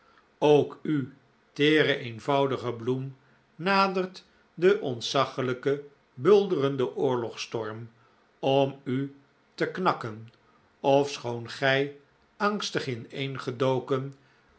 ook u teere eenvoudige bloem nadert de ontzaggelijke bulderende oorlogsstorm om u te knakken ofschoon gij angstig ineengedoken